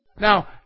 Now